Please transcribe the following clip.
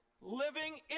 living